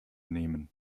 nehmen